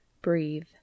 breathe